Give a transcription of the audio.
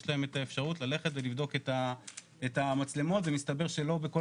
יש להם את האפשרות ללכת ולבדוק את המצלמות ומסתבר שלא בכל